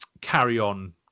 carry-on